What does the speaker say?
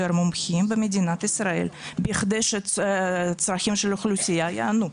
מומחים במדינת ישראל בכדי שהצרכים של האוכלוסייה ייענו.